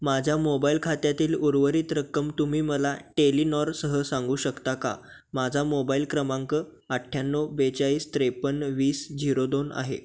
माझ्या मोबाईल खात्यातील उर्वरित रक्कम तुम्ही मला टेलिनॉरसह सांगू शकता का माझा मोबाईल क्रमांक अठ्ठ्याण्णव बेचाळीस त्रेपन्न वीस झिरो दोन आहे